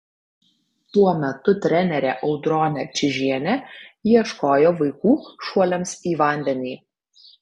tuo metu trenerė audronė čižienė ieškojo vaikų šuoliams į vandenį